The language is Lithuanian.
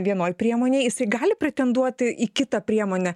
vienoj priemonėj jis gali pretenduoti į kitą priemonę